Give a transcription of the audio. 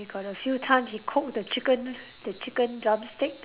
we got a few time we cook the chicken the chicken drumstick